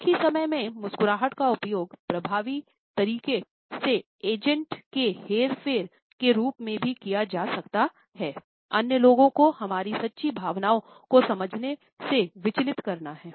एक ही समय में मुस्कुराहट का उपयोग प्रभावी तरीके से एजेंट के हेरफेर के रूप में भी किया जा सकता है अन्य लोगों को हमारी सच्ची भावनाओं को समझने से विचलित करना हैं